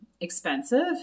expensive